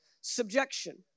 subjection